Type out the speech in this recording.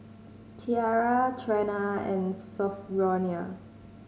Tiarra Trena and Sophronia